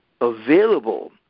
available